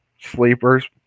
sleepers